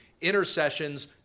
intercessions